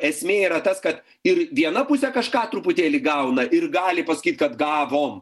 esmė yra tas kad ir viena pusė kažką truputėlį gauna ir gali pasakyt kad gavom